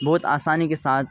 بہت آسانی کے ساتھ